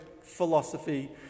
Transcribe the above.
philosophy